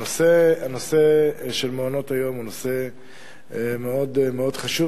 הנושא של מעונות-היום הוא נושא מאוד חשוב,